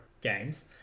games